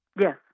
Yes